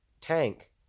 tank